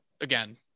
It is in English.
again